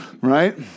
right